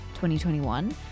2021